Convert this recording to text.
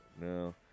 No